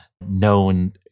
known